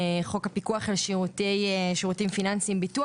כמו חוק הפיקוח על שירותים פיננסיים (ביטוח),